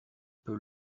peu